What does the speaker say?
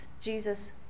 Jesus